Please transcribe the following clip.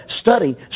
study